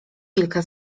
wilka